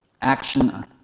action